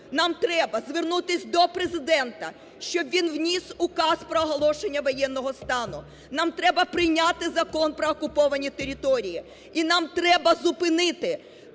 нам треба звернутися до Президента, щоб він вніс Указ про оголошення воєнного стану, нам треба прийняти Закон про окуповані території і нам треба зупинити